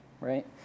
right